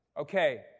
Okay